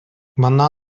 манна